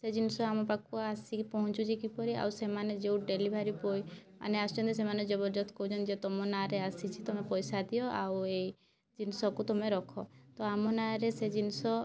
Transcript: ସେ ଜିନିଷ ଆମ ପାଖକୁ ଆସିକି ପହଞ୍ଚୁଛି କିପରି ଆଉ ସେମାନେ ଯେଉଁ ଡେଲିଭରି ବୟମାନେ ଆସଛନ୍ତି ସେମାନେ ଜବରଦସ୍ତ କହୁଛନ୍ତି ଯେ ତମ ନାଁରେ ଆସିଛି ତମେ ପଇସା ଦିଅ ଆଉ ଏଇ ଜିନିଷକୁ ତମେ ରଖ ତ ଆମ ନାଁରେ ସେ ଜିନିଷ